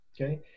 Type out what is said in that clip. Okay